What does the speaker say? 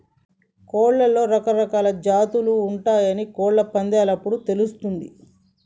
కోడ్లలో రకరకాలా జాతులు ఉంటయాని కోళ్ళ పందేలప్పుడు తెలుస్తది